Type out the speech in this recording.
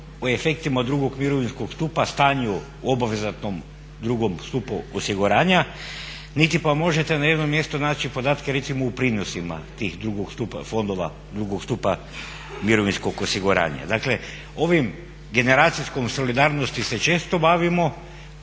o efektima drugog mirovinskog stupa, stanju u obvezatnog drugom stupu osiguranja, niti pa možete na jednom mjestu naći podatke recimo u prinosima tih fondova drugog stupa mirovinskog osiguranja. Dakle ovom generacijskom solidarnosti se često bavimo,